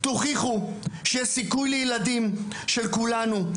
תוכיחו שיש סיכוי לילדים של כולנו,